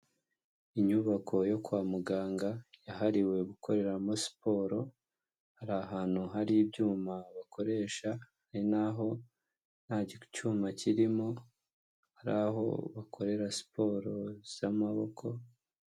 Inyubako yo kwa muganga, yahariwe gukoreramo Siporo. Hari ahantu hari ibyuma bakoresha, hari n'aho nta cyuma kirimo, hari aho bakorera siporo z'amaboko.